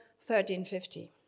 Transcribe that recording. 1350